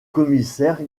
commissaire